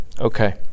okay